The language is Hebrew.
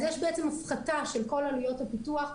אז יש בעצם הפחתה של כל עלויות הפיתוח,